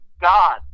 God